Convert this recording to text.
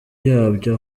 yabyo